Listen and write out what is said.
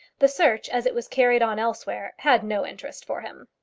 the search as it was carried on elsewhere had no interest for him.